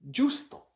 Giusto